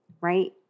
right